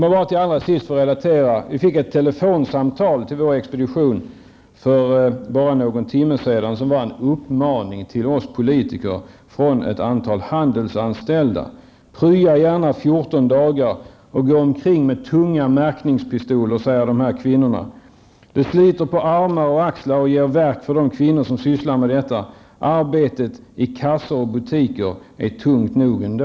Allra sist vill jag tala om att vi på vår expedition för bara någon timme sedan fick ett telefonsamtal innehållande en uppmaning till oss politiker från ett antal handelsanställda kvinnor. Uppmaningen löd: Prya gärna 14 dagar och gå omkring med tunga märkningspistoler! Det sliter på armar och axlar och gör att de kvinnor som sysslar med detta får värk. Arbetet i kassor och butiker är tungt nog ändå.